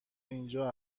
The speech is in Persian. اینجا